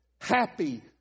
happy